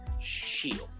Shield